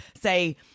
say